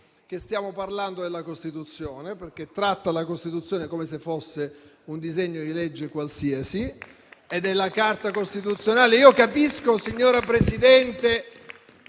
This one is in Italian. che stiamo parlando della Costituzione, perché tratta la Costituzione come se fosse un disegno di legge qualsiasi ed è la Carta costituzionale. Capisco, signora Presidente,